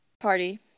Party